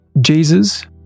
Jesus